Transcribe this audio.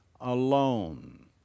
alone